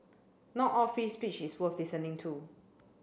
not all free speech is worth listening to